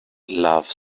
love